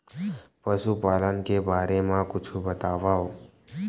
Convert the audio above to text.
पशुपालन के बारे मा कुछु बतावव?